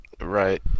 Right